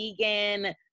vegan